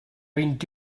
vint